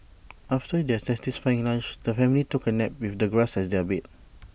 after their satisfying lunch the family took A nap with the grass as their bed